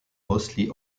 mostly